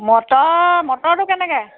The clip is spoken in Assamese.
মটৰ মটৰটো কেনেকৈ